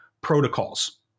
protocols